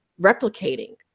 replicating